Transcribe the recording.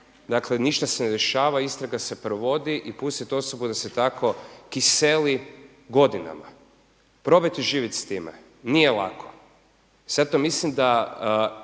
dakle ništa se ne dešava, istraga se provodi i pustiti osobu da se tako kiseli godinama. Probajte živjeti s time, nije lako. Zato mislim da